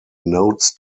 notes